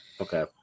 Okay